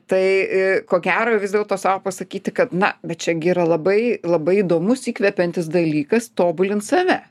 tai ko gero vis dėlto sau pasakyti kad na bet čia gi yra labai labai įdomus įkvepiantis dalykas tobulint save